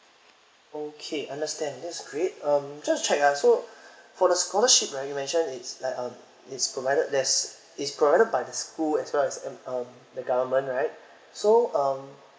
okay understand that's great um just check ah so for the scholarship right you mentioned it's like um it's provided there's is provided by the school as well as um um the government right so um